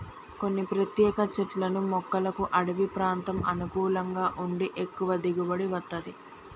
కొన్ని ప్రత్యేక చెట్లను మొక్కలకు అడివి ప్రాంతం అనుకూలంగా ఉండి ఎక్కువ దిగుబడి వత్తది